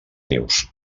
nius